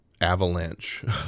avalanche